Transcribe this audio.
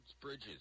bridges